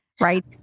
Right